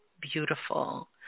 Beautiful